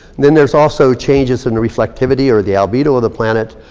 then there's also changes in reflectivity, or the albedo of the planet.